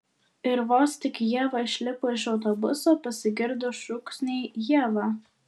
ir vos tik ieva išlipo iš autobuso pasigirdo šūksniai ieva